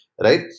right